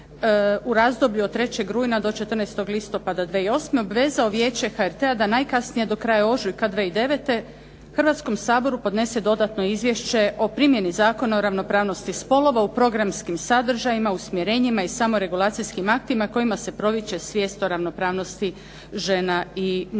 u razdoblju od 3. rujna do 14. listopada 2008. obvezao Vijeće HRT-a da najkasnije do kraja ožujka 2009. Hrvatskom saboru podnese dodatno izvješće o primjeni Zakona o ravnopravnosti spolova u programskim sadržajima, usmjerenjima i samoregulacijskim aktima kojima se promiče svijest o ravnopravnosti žena i muškaraca.